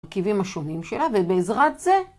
מרכיבים השונים שלה ובעזרת זה